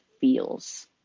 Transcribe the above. feels